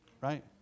right